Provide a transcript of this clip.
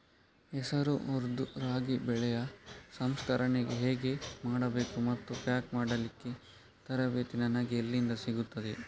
ಹೆಸರು, ಉದ್ದು, ರಾಗಿ ಬೆಳೆಯ ಸಂಸ್ಕರಣೆ ಹೇಗೆ ಮಾಡಬೇಕು ಮತ್ತು ಪ್ಯಾಕ್ ಮಾಡಲಿಕ್ಕೆ ತರಬೇತಿ ನನಗೆ ಎಲ್ಲಿಂದ ಸಿಗುತ್ತದೆ?